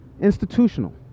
Institutional